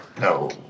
No